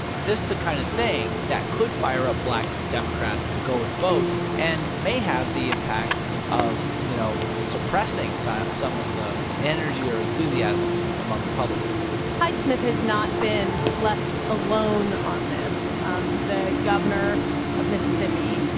this is the kind of thing that could fire up black democrats to go and vote and may have the impact of, you know, suppressing so some of the energy or enthusiasm among republicans hyde-smith has not been left alone on this. um the governor of mississippi,